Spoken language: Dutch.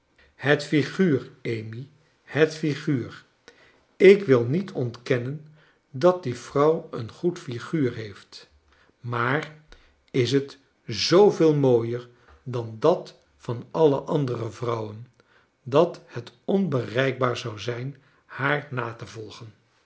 het figuur amy het figuur ik wil niet ontkennen dat die vrouw een goed figuur heeft maar is het zooveel mooier dan dat van alle andere vrouwen dat het onbereikbaar zou zijn haar na te volgen